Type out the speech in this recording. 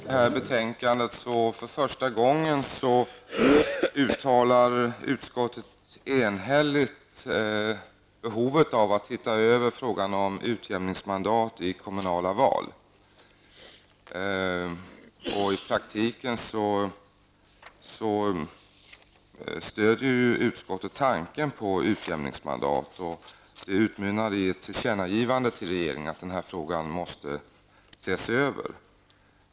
Fru talman! Jag är mycket nöjd med att utskottet i detta betänkande för första gången enhälligt uttalar behovet av att frågan om utjämningsmandat i kommunala val ses över. I praktiken stöder utskottet tanken på utjämningsmandat, och det utmynnar i ett tillkännagivande till regeringen om att den här frågan måste ses över.